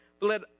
Let